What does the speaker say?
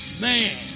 Man